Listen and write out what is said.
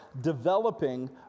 developing